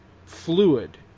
fluid